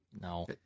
No